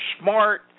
smart